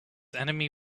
enemy